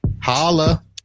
holla